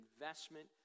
investment